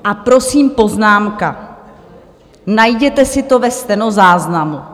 A prosím, poznámka: Najděte si to ve stenozáznamu.